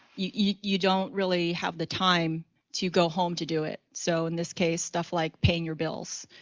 you don't really have the time to go home to do it. so in this case, stuff like paying your bills.